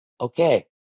okay